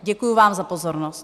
Děkuji vám za pozornost.